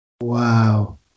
Wow